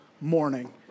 morning